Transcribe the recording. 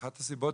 אחת הסיבות,